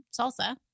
salsa